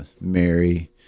Mary